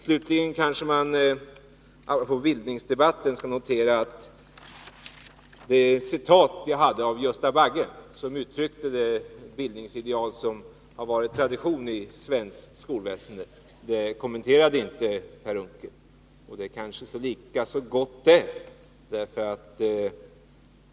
Slutligen skall man kanske, apropå bildningsdebatten, notera att Per Unckel inte kommenterade mitt Gösta Bagge-citat, som uttryckte det bildningsideal som har varit tradition i svenskt skolväsende. Det är kanske lika så gott det.